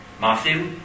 Matthew